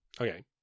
Okay